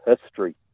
history